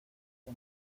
que